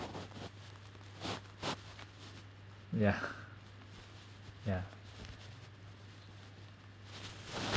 yeah yeah